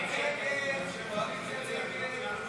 ההסתייגות לא התקבלה.